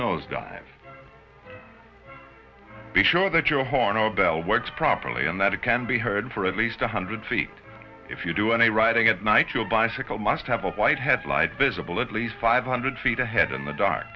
nose dive be sure that your horn or bell works properly and that it can be heard for at least one hundred feet if you do any riding at night your bicycle must have a white headlight visible at least five hundred feet ahead in the dark